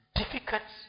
difficult